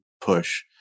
push